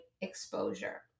exposure